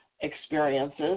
experiences